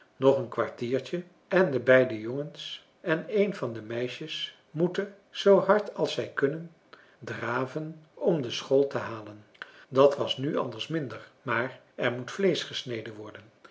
nog een kwartiertje en de beide jongens en een van de meisjes moeten zoo hard als zij kunnen draven om de school te halen dat was nu anders minder maar er moet vleesch gesneden worden